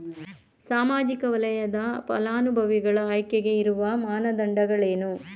ಸಾಮಾಜಿಕ ವಲಯದ ಫಲಾನುಭವಿಗಳ ಆಯ್ಕೆಗೆ ಇರುವ ಮಾನದಂಡಗಳೇನು?